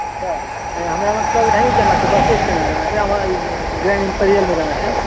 अच्छा हमरा मतलब वहीँ जाना छै बसे स्टैंड मे जाना छै मे जाना छै